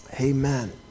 Amen